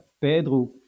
Pedro